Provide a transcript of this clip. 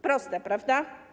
Proste, prawda?